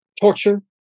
Torture